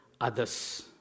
others